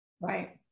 Right